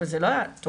אבל זה לא היה טוב.